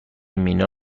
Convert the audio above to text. مینا